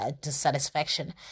dissatisfaction